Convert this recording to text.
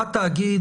בא תאגיד,